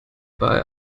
bei